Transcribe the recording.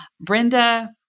Brenda